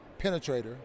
penetrator